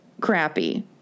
crappy